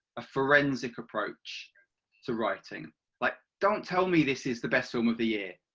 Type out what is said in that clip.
a forensic approach to writing like don't tell me this is the best film of the year.